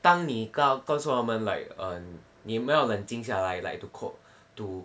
当你告告诉我们 like um 你们要冷静下来 like to cope to